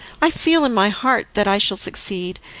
i feel in my heart that i shall succeed,